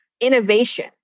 innovation